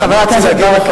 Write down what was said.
חבר הכנסת ברכה.